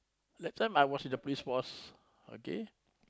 last time I was in the Police Force okay